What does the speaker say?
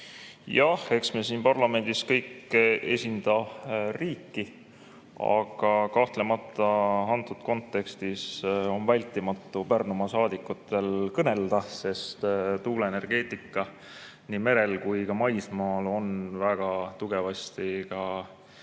Jah, eks me siin parlamendis kõik esinda riiki, aga kahtlemata antud kontekstis on vältimatu Pärnumaa saadikutel kõnelda, sest tuuleenergeetika nii merel kui ka maismaal on väga tugevasti